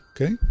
Okay